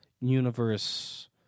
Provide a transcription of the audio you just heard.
universe